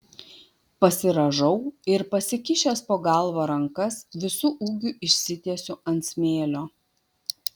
pasirąžau ir pasikišęs po galva rankas visu ūgiu išsitiesiu ant smėlio